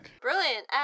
Brilliant